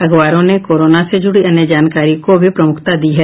अखबारों ने कोरोना से जुड़ी अन्य जानकारी को भी प्रमुखता दी है